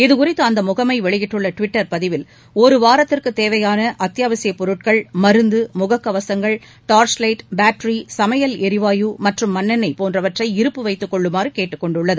இதுகுறித்து அந்தமுகமைவெளியிட்டுள்ளடுவிட்டர் பதிவில் ஒருவாரத்திற்குதேவையானஅத்யாவசியப் பொருட்கள் மருந்து முககவசங்கள் டார்ச்லைட் பேட்டரி சமையல் எரிவாயு மற்றும் மண்ணெண்ணெய் போன்றவற்றை இருப்பு வைத்துக் கொள்ளுமாறுகேட்டுக் கொண்டுள்ளது